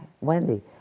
Wendy